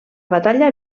batalla